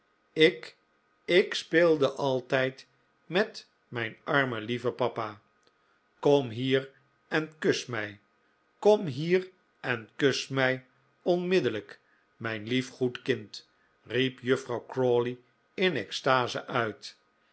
ik ik speelde altijd met mijn armen lieven papa kom hier en kus mij kom hier en kus mij onmiddellijk mijn lief goed kind riep juffrouw crawley in extase uit